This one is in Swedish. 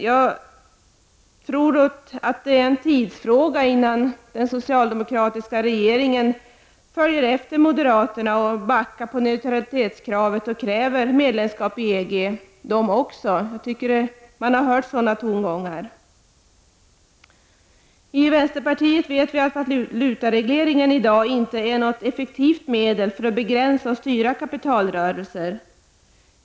Det torde vara en tidsfråga innan den socialdemokratiska regeringen följer efter moderaterna, backar på neutralitetskravet och kräver medlemskap i EG. Man har hört sådana tongångar. Vi i vänsterpartiet vet att valutaregleringen i dag inte är något effektivt medel för att begränsa och styra kapitalrörelser.